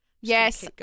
Yes